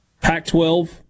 Pac-12